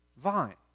vine